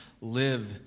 live